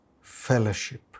fellowship